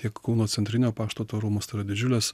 tiek kauno centrinio pašto rūmus tai yra didžiulės